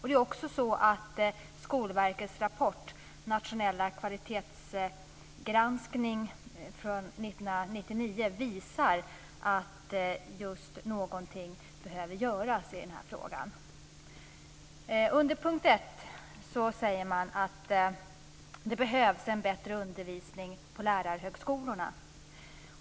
Det är också så att Skolverkets rapport, dess nationella kvalitetsgranskning från 1999 visar att någonting behöver göras i den här frågan. Under punkt 1 säger man att det behövs en bättre undervisning på lärarhögskolorna.